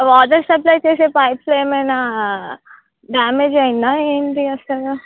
water supply చేసే పైప్స్లో ఏమైనా డ్యామేజ్ అయిందా ఏమిటి వస్తుందా